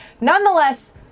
Nonetheless